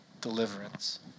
deliverance